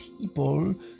people